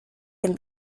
can